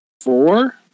four